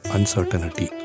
Uncertainty